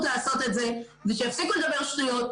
לעשות את זה ושיפסיקו לדבר שטויות.